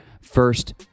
first